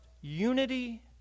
Unity